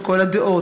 את כל הדעות.